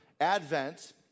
Advent